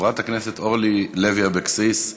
חברת הכנסת אורלי לוי אבקסיס,